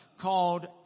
called